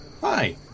Hi